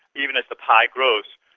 even as the pie grows.